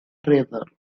treasure